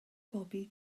bobi